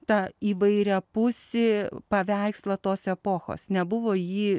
tą įvairiapusį paveikslą tos epochos nebuvo ji